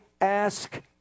Ask